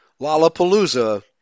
Lollapalooza